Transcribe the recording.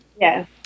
Yes